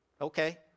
okay